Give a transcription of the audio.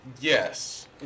Yes